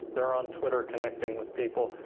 they're on twitter connecting with people.